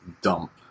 dump